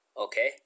Okay